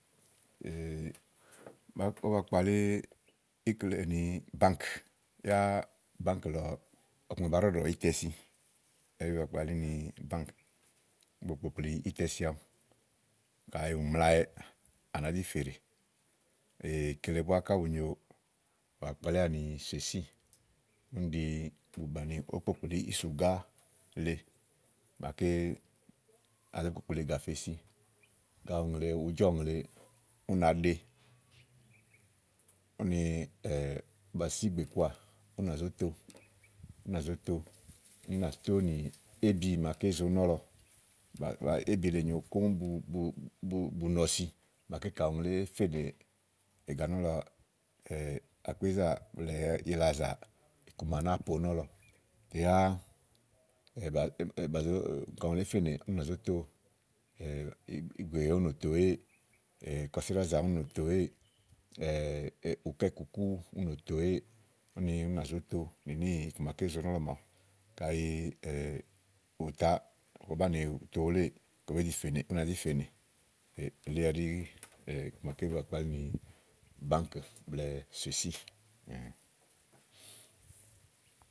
ówó ba kpalí íkle ni bàánk yáá bàánk lɔ ɔku ma bàá ɖɔ́ɖɔ̀ ítɛ si ɛɖi ba kpalí ni bàánk bo kpòkpli ítɛ si aɖu. kayi ù mlawɛ, à nàá zifè ɖè kele búá ká bù nyo, ba kpalíà ní uni ɖi bù bàni ókpókpli ísùgá le màaké síì aɖu bo kpókpli ègà fe si ka ùŋle, ùú jɔ ùŋle ú nàá ɖe úni bà sí ìgbè kɔà ú nà zó to, ú nà zó to, ú nà tó nì ébi màaké zo nɔ̀lɔ ébile nyòo kóŋ bo bo bu nɔsi màaké ka ùŋle èé fenè ègà nɔ̀lɔ àkpé zà blɛ̀ɛ i lazà, iku màa nàáa po nɔ̀lɔ yá á ka ùŋle èé fenè ú nà zóto ìgbè wèe ú no to èéè, kɔsì ɖázà ú nà zóto èéè ukáìkukù ú nòo to èéè úni ú nà zó to nì níìku maké zo nɔ̀lɔ màawu kayi ù ta, ùú banìi ù to wuléè, Ka ù ne fènètè ú nàá zí fènè elí ɛɖí iku maké ba kpalí ni bàánk blɛ̀ɛ sèsíì.